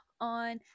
on